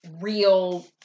real